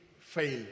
fail